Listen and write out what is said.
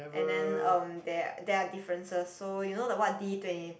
and then um there there are differences so you know the what D twenty